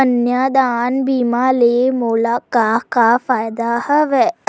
कन्यादान बीमा ले मोला का का फ़ायदा हवय?